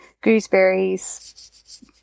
gooseberries